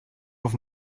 auf